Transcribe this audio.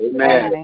Amen